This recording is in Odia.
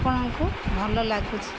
ଆପଣଙ୍କୁ ଭଲ ଲାଗୁଛି